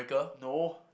no